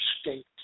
state